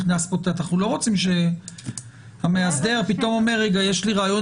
אנחנו לא רוצים שהמאסדר יגיד שיש לו רעיון